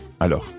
Alors